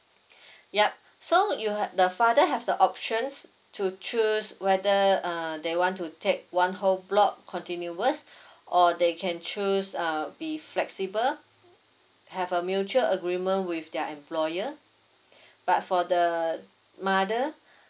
yup so you have the father have the options to choose whether uh they want to take one whole block continuous or they can choose uh be flexible have a mutual agreement with their employer but for the mother